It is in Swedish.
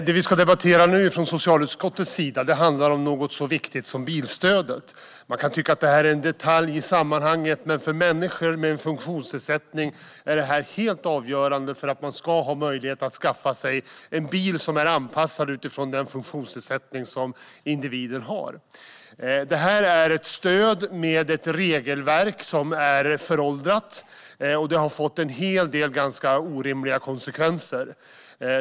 Herr talman! Det vi i socialutskottet ska debattera nu handlar om något så viktigt som bilstödet. Man kan tycka att det här är en detalj i sammanhanget, men för människor med en funktionsnedsättning är detta helt avgörande för att man ska ha möjlighet att skaffa sig en bil som är anpassad utifrån den funktionsnedsättning man har. Det här är ett stöd med ett regelverk som är föråldrat, vilket har fått en hel del ganska orimliga konsekvenser.